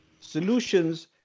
solutions